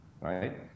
right